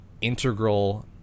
integral